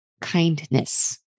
kindness